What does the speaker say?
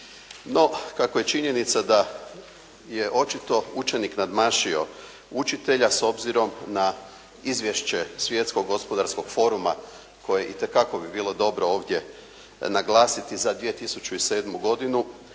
kako je činjenica da je očito učenik nadmašio učitelja, s obzirom na izvješće Svjetskog gospodarskog foruma koji itekako bi bilo dobro ovdje naglasiti za 2007. godinu,